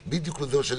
בדיוק.